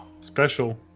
Special